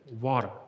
water